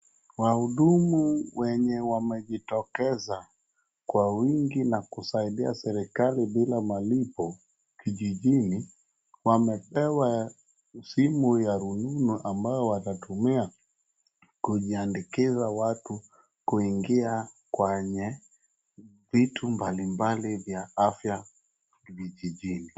Wahudumu wenye wamejitokeza kwa wingi na kusaidia serikali bila malipo kijijini .Wamepewa simu ya rununu ambao watatumia kujiandikiza watu kuingia kwenye vitu mbalimbali vya afya kijijini.